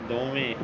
ਦੋਵੇਂ